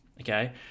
okay